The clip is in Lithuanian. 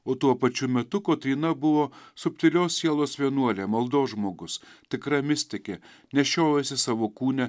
o tuo pačiu metu kotryna buvo subtilios sielos vienuolė maldos žmogus tikra mistikė nešiojosi savo kūne